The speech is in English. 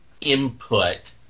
input